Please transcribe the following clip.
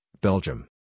Belgium